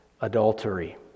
adultery